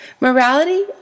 Morality